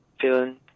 feeling